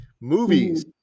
Movies